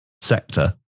sector